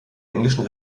englischen